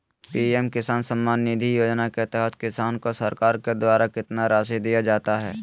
PM Kisan Samman Nidhi Yojana के तहत किसान को सरकार के द्वारा कितना रासि दिया जाता है?